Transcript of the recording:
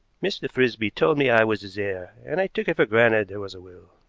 mr. frisby told me i was his heir, and i took it for granted there was a will.